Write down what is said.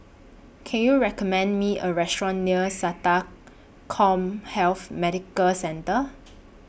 Can YOU recommend Me A Restaurant near Sata Commhealth Medical Centre